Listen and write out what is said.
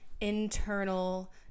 internal